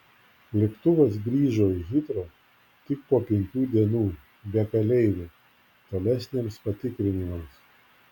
lėktuvas grįžo į hitrou tik po penkių dienų be keleivių tolesniems patikrinimams